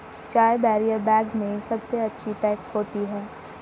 चाय barrier bag में सबसे अच्छी पैक होती है